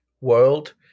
world